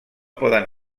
poden